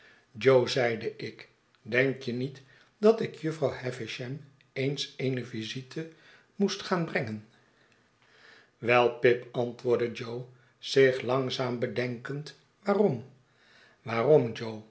jo zeide ik denk je niet dat ikjutvrouw havisham eens eene visite moest gaan brengen wei pip antwoordde jo zich langzaam bedenkend waarom waarom